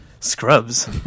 Scrubs